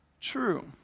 true